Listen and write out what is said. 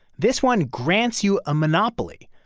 this one grants you a monopoly.